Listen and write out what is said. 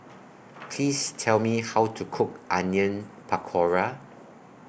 Please Tell Me How to Cook Onion Pakora